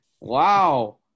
Wow